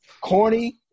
corny